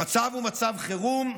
המצב הוא מצב חירום,